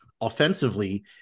offensively